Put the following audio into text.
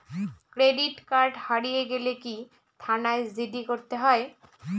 Credit card হারিয়ে গেলে কি থানায় জি.ডি করতে হয়?